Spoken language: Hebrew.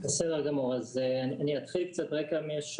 אני אתחיל קצת רקע.